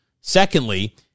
Secondly